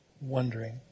wondering